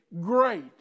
great